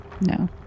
No